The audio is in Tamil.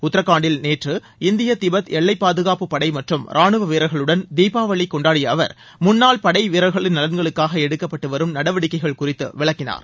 உத்தரகாண்டில் நேற்று இந்திய திபெத் எல்லை பாதுகாப்பு படை மற்றும் ராணுவ வீரர்களுடன் தீபாவளி கொண்டாடிய அவர் முன்னாள் படை வீரர்களின் நலன்களுக்காக எடுக்கப்பட்டு வரும் நடவடிக்கை குறித்து விளக்கினார்